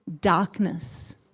darkness